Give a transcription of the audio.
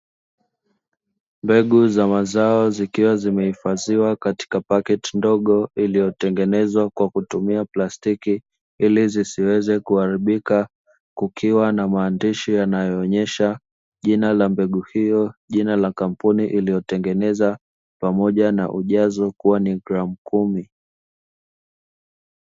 Mbegu za mazao zikiwa zimehifadhiwa katika pakiti ndogo iliyotengenezwa kwa kutumia plastiki ili zisiweze kuharibika, kukiwa na maandishi yanayoonyesha jina la mbegu hiyo, jina la kampuni iliyotengeneza, pamoja na ujazo kuwa ni gramu kumi.